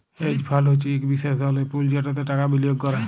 hedge fund হছে ইক বিশেষ ধরলের পুল যেটতে টাকা বিলিয়গ ক্যরে